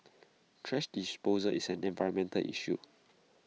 thrash disposal is an environmental issue